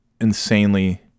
insanely